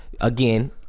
Again